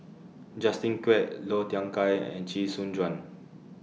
Justin Quek Low Thia Khiang and Chee Soon Juan